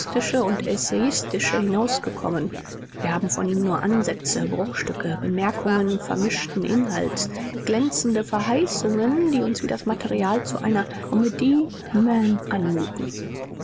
und essayistische hinausgekommen wir haben von ihm nur ansätze bruchstücke bemerkungen vermischten inhalts glänzende verheißungen die uns wie das material zu einer comedie humaine anmuten